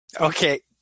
Okay